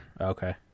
Okay